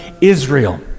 israel